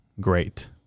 great